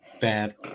bad